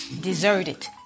Deserted